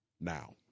now